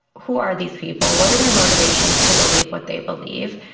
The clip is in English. who are these people, what are their motivations to believe what they believe,